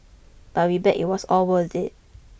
but we bet it was all worth it